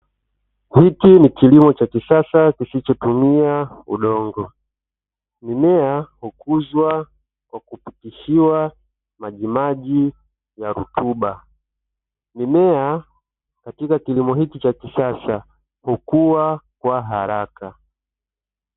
Hiki ni kilimo cha kisasa kisichotumia udongo. Mimea hukuzwa kwa kupitishiwa majimaji ya rutuba. Mimea katika kilimo hiki cha kisasa hukua kwa haraka.